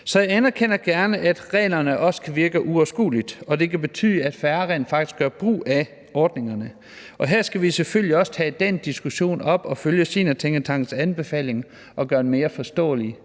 Jeg anerkender gerne, at reglerne også kan virke uoverskuelige, og at det kan betyde, at færre rent faktisk gør brug af ordningerne. Og her skal vi selvfølgelig også tage den diskussion op og følge Seniortænketankens anbefaling og gøre dem mere forståelige.